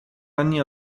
anni